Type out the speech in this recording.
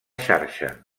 xarxa